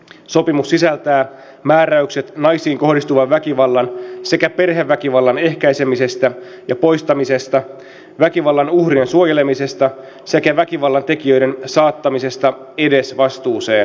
sopimus sisältää määräykset naisiin kohdistuvan väkivallan sekä perheväkivallan ehkäisemisestä ja poistamisesta väkivallan uhrien suojelemisesta sekä väkivallan tekijöiden saattamisesta edesvastuuseen teoistaan